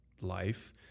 life